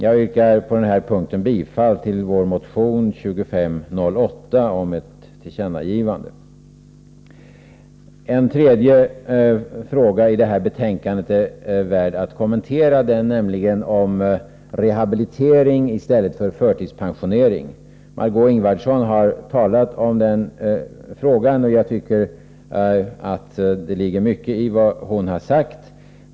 Jag yrkar på denna punkt bifall till vår motion 2508 om ett tillkännagivande. Den tredje frågan i detta betänkande är väl värd att kommentera, nämligen den om rehabilitering i stället för förtidspensionering. Margö Ingvardsson har talat om denna fråga, och jag tycker att det ligger mycket i vad hon har sagt.